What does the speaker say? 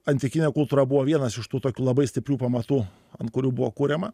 antikinė kultūra buvo vienas iš tų tokių labai stiprių pamatų ant kurių buvo kuriama